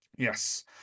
Yes